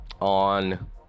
on